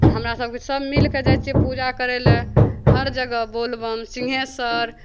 हमरा सबके सब मिल कऽ जाइ छियै पूजा करय लए हर जगह बोलबम सिंघेसर